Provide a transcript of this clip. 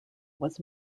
was